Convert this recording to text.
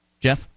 Jeff